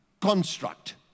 construct